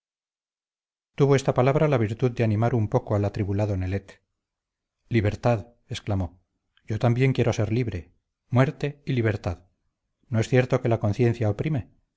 tuvo esta palabra la virtud de animar un poco al atribulado nelet libertad exclamó yo también quiero ser libre muerte y libertad no es cierto que la conciencia oprime